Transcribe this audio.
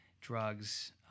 drugs